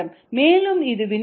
மேலும் இது வினாடிக்கு 0